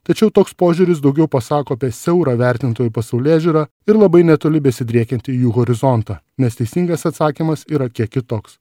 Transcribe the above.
tačiau toks požiūris daugiau pasako apie siaurą vertintojų pasaulėžiūrą ir labai netoli besidriekiantį jų horizontą nes teisingas atsakymas yra kiek kitoks